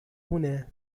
هنا